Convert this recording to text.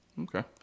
Okay